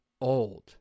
old